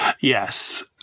Yes